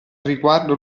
riguardo